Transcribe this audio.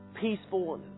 peaceful